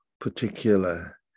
particular